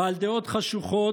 בעל דעות חשוכות,